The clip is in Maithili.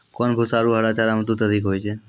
कोन भूसा आरु हरा चारा मे दूध अधिक होय छै?